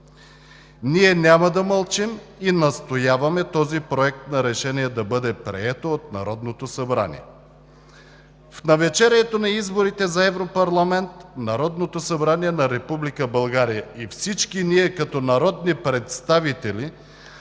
Ние няма да мълчим и настояваме този Проект на решение да бъде приет от Народното събрание. В навечерието на изборите за Европарламент Народното събрание на Република България и всички ние като народни представители